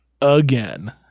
again